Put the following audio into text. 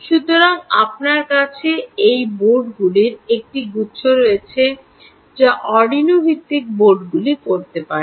সুতরাং আপনার কাছে এই বোর্ডগুলির একটি গুচ্ছ রয়েছে যা অর্ডিনো ভিত্তিক বোর্ডগুলি করতে পারে